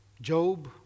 Job